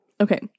Okay